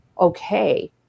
okay